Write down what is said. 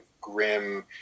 grim